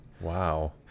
Wow